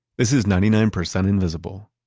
this is ninety nine percent invisible.